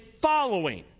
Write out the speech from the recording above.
following